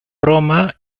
roma